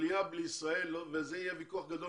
שהעלייה לישראל וזה יהיה ויכוח גדול